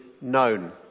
known